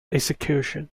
execution